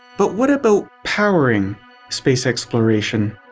but what about powering space exploration?